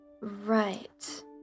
Right